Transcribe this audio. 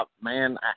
man